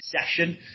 session